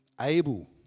able